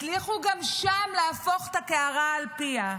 הצליחו גם שם להפוך את הקערה על פיה: